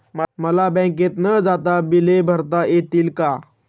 मला बँकेत न जाता बिले भरता येतील का?